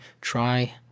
Try